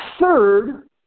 third